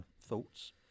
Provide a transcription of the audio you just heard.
thoughts